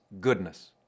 goodness